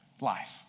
life